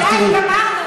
די, גמרנו.